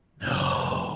No